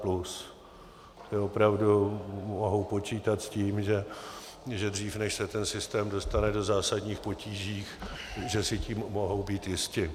Ti opravdu mohou počítat s tím, že dřív než se ten systém dostane do zásadních potíží, si tím mohou být jisti.